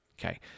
Okay